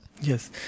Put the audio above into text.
Yes